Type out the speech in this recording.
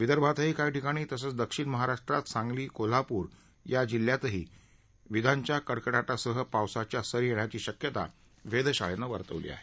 विदर्भातही काही ठिकाणी तसंच दक्षिण महाराष्ट्रात सांगली कोल्हापूर या जिल्ह्यातही विजांच्या कडकडाकसह पावसाच्या सरी येण्याची शक्यता वेधशाळेनं वर्तवली आहे